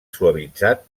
suavitzat